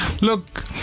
look